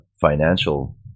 financial